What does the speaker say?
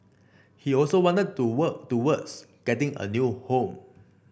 he also wanted to work towards getting a new home